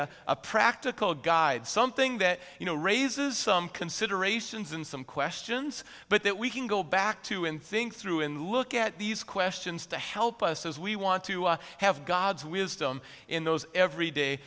a practical guide something that you know raises some considerations and some questions but that we can go back to and think through and look at these questions to help us as we want to have god's wisdom in those every day